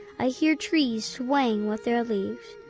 i hear trees swaying with their leaves.